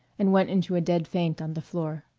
and went into a dead faint on the floor.